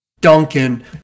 Duncan